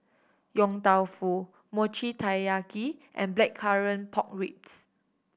Yong Tau Foo Mochi Taiyaki and Blackcurrant Pork Ribs